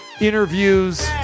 interviews